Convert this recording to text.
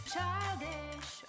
Childish